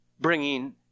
bringing